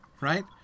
right